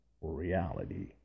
reality